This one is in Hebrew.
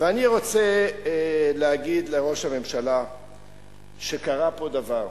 ואני רוצה להגיד לראש הממשלה שקרה פה דבר.